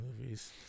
movies